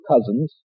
cousins